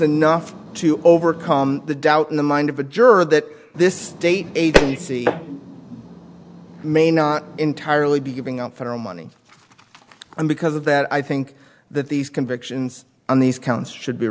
enough to overcome the doubt in the mind of a juror that this state agency may not entirely be giving out federal money and because of that i think that these convictions on these counts should be